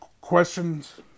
questions